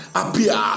appear